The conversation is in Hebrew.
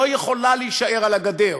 לא יכולה להישאר על הגדר.